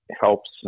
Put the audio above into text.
helps